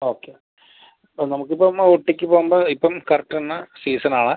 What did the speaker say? okay ഇപ്പം നമുക്ക് ഇപ്പം ഊട്ടിക്ക് പോവുമ്പം ഇപ്പം കറക്റ്റ് തന്നെ സീസൺ ആണ്